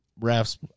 refs